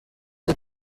του